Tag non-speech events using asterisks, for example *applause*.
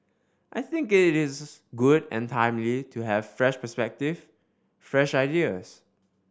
I think it is *unintelligible* good and timely to have fresh perspective fresh ideas